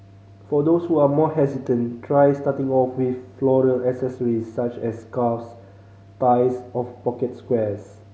for those who are more hesitant try starting off with floral accessories such as scarves ties of pocket squares